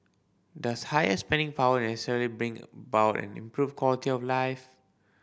does higher spending power necessarily bring about an improved quality of life